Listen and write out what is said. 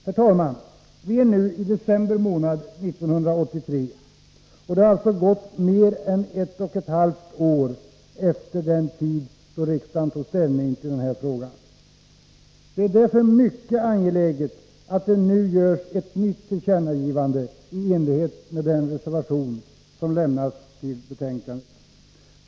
Herr talman! Vi är nu i december månad 1983, och det har alltså gått mer än ett och ett halvt år sedan riksdagen tog ställning i den här frågan. Det är därför mycket angeläget att det nu görs ett nytt tillkännagivande i enlighet med den reservation som lämnats till betänkandet.